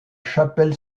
chapelle